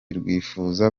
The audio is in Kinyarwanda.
rwifuza